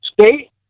state